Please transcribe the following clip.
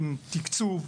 עם תקצוב,